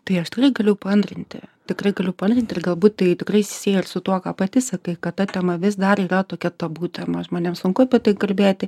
tai aš tiktai galiu paantrinti tikrai galiu paantrint ir galbūt tai tikrai susiję ir su tuo ką pati sakai kad ta tema vis dar yra tokia tabu tema žmonėms sunku bet taip kalbėti